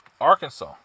Arkansas